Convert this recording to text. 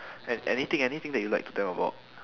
and anything anything that you lied to them about